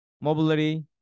mobility